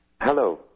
Hello